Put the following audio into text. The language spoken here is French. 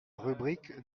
rubrique